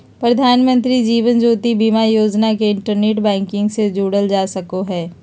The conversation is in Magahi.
प्रधानमंत्री जीवन ज्योति बीमा योजना के इंटरनेट बैंकिंग से जोड़ल जा सको हय